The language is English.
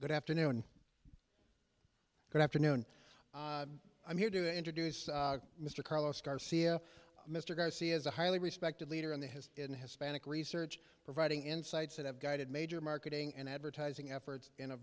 good afternoon good afternoon i'm here to introduce mr carlos garcia mr garcia is a highly respected leader in the his in hispanic research providing insights that have guided major marketing and advertising efforts in a